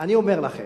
אני אומר לכם,